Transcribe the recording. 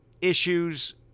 issues